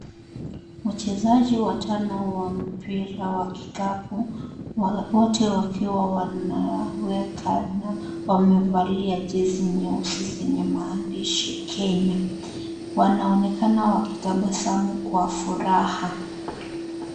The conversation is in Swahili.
Wachezaji watano wa mpira wa kikapu, wote wakiwa wanaonekana wamevalia jezi nyeusi zenye maandishi Kenya. Wanaonekana wakitabasamu kwa furaha.